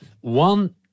One